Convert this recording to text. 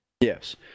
Yes